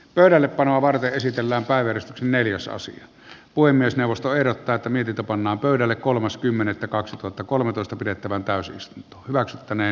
pöydällepanoa varten esitellään päivitys neljäsosa puhemiesneuvosto ehdottaa tamitita pannaan pöydälle kolmas kymmenettä kaksituhattakolmetoista pidettävän pääsystä maksettaneen